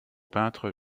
peintre